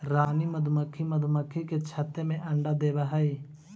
रानी मधुमक्खी मधुमक्खी के छत्ते में अंडा देवअ हई